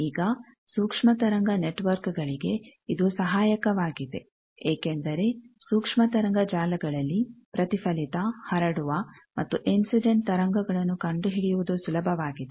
ಈಗ ಸೂಕ್ಷ್ಮತರಂಗ ನೆಟ್ವರ್ಕ್ಗಳಿಗೆ ಇದು ಸಹಾಯಕವಾಗಿದೆ ಏಕೆಂದರೆ ಸೂಕ್ಷ್ಮತರಂಗ ಜಾಲಗಳಲ್ಲಿ ಪ್ರತಿಫಲಿತಹರಡುವ ಮತ್ತು ಇನ್ಸಿಡೆಂಟ್ ತರಂಗಗಳನ್ನು ಕಂಡುಹಿಡಿಯುವುದು ಸುಲಭವಾಗಿದೆ